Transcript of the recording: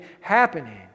happening